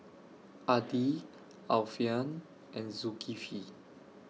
Adi Alfian and Zulkifli